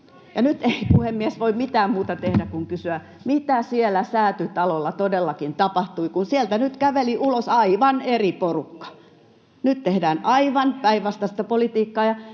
nyt ei, puhemies, voi mitään muuta tehdä kuin kysyä: mitä siellä Säätytalolla todellakin tapahtui, kun sieltä nyt käveli ulos aivan eri porukka? Nyt tehdään aivan päinvastaista politiikkaa,